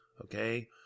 okay